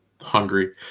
hungry